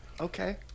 okay